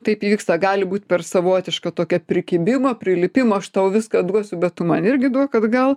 taip įvyksta gali būt per savotišką tokią prikibimo prilipimo aš tau viską duosiu bet tu man irgi duok atgal